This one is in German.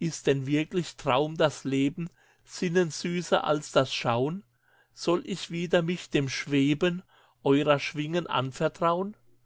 ist denn wirklich traum das leben sinnen süßer als das schaun soll ich wieder mich dem schweben eurer schwingen anvertraun